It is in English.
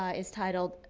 ah is titled,